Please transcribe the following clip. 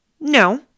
no